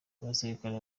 abasirikare